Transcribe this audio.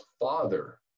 father